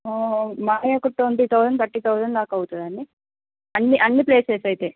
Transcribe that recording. ఓ మహా ఒక twenty thousand thirty thousand దాకా అవుంతుంది అండి అన్ని అన్ని ప్లేసెస్ అయితే